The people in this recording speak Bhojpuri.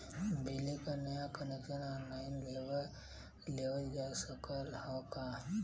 बिजली क नया कनेक्शन ऑनलाइन लेवल जा सकत ह का?